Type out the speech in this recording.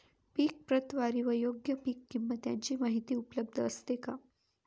पीक प्रतवारी व योग्य पीक किंमत यांची माहिती उपलब्ध असते का?